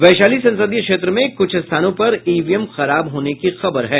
वैशाली संसदीय क्षेत्र में कुछ स्थानों पर ईवीएम खराब होने की खबर है